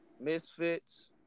misfits